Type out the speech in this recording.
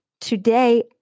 Today